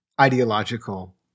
ideological